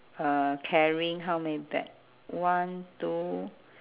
uh carrying how many bag one two